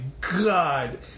God